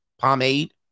pomade